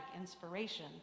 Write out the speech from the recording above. inspiration